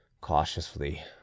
Cautiously